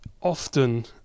Often